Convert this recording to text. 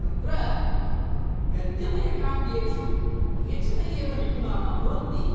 तत्र गद्यमयकाव्येषु केचन एव निपुणाः भवन्ति